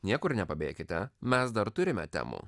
niekur nepabėkite mes dar turime temų